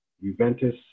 Juventus